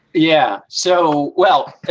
yeah. so. well,